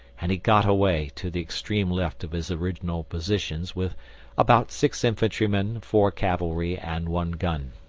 and he got away to the extreme left of his original positions with about six infantry-men, four cavalry, and one gun.